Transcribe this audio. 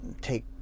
take